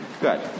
Good